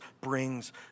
brings